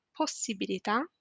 possibilità